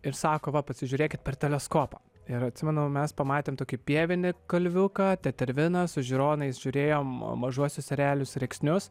ir sako va pasižiūrėkit per teleskopą ir atsimenu mes pamatėm tokį piemenį kalviuką teterviną su žiūronais žiūrėjom mažuosius erelius rėksnius